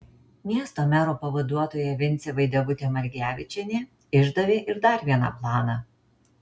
miesto mero pavaduotoja vincė vaidevutė margevičienė išdavė ir dar vieną planą